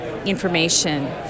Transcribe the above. information